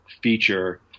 feature